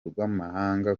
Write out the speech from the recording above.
rw’amahanga